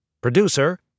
Producer